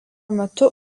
metu